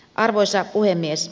arvoisa puhemies